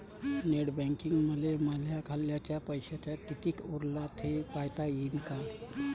Net बँकिंगनं मले माह्या खाल्ल पैसा कितीक उरला थे पायता यीन काय?